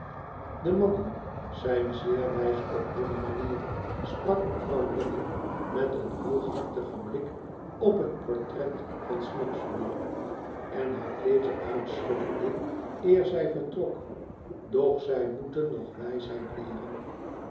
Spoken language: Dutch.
de mannen zijn zeer wijs op hunne manier sprak mevrouw lammie met een hooghartigen blik op het portret van snigsworth en haar kleedje uitschuddende eer zij vertrok doch zij moeten nog wijsheid leeren